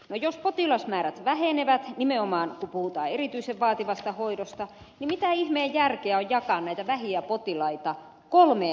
no jos potilasmäärät vähenevät nimenomaan kun puhutaan erityisen vaativasta hoidosta niin mitä ihmeen järkeä on jakaa näitä vähiä potilaita kolmeen osaamiskeskukseen